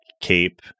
Cape